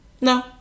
No